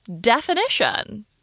definition